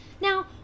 Now